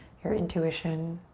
your intuition.